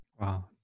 Wow